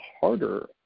harder